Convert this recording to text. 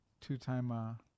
Two-time